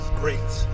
Great